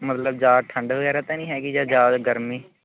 ਮਤਲਬ ਜ਼ਿਆਦਾ ਠੰਡ ਵਗੈਰਾ ਤਾਂ ਨਹੀਂ ਹੈਗੀ ਜਾਂ ਜ਼ਿਆਦਾ ਗਰਮੀ